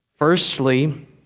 Firstly